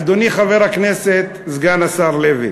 אדוני, חבר הכנסת, סגן השר לוי.